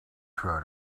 try